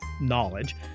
knowledge